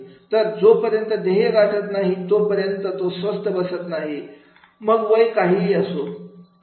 तर जोपर्यंत ध्येय गाठत नाही तोपर्यंत तो स्वस्त बसणार नाही मग वय कोणतीही असो बरोबर